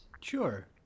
Sure